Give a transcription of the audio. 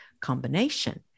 combination